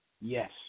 Yes